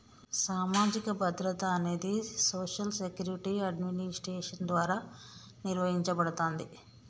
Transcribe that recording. సామాజిక భద్రత అనేది సోషల్ సెక్యూరిటీ అడ్మినిస్ట్రేషన్ ద్వారా నిర్వహించబడతాంది